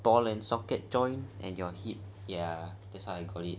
ball and socket joint and your hip ya that's how I got it